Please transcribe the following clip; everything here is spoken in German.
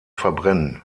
verbrennen